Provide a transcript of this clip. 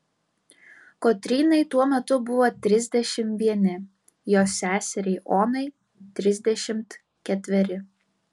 kotrynai tuo metu buvo trisdešimt vieni jos seseriai onai trisdešimt ketveri